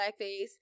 blackface